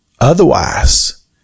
Otherwise